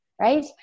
right